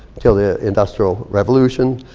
til the industrial revolution.